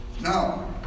No